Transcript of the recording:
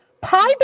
Pie